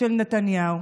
של נתניהו?